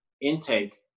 intake